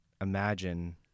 imagine